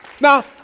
Now